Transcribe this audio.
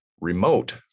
remote